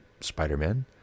Spider-Man